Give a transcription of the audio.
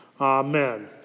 Amen